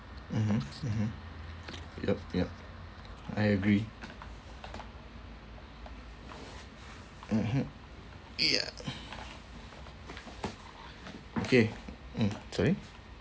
mmhmm mmhmm yup yup I agree mmhmm ya okay mm sorry